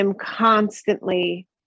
constantly